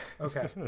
okay